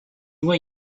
what